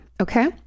okay